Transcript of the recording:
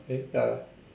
then ya